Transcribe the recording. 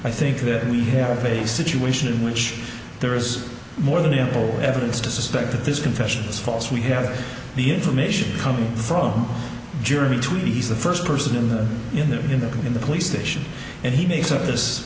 i think that we have a situation in which there is more than ample evidence to suspect that this confession is false we have the information coming from germany to release the first person in the in the in the in the police station and he makes